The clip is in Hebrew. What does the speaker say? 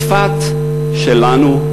צפת שלנו,